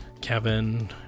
Kevin